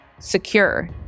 secure